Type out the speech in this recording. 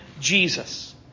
Jesus